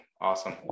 Awesome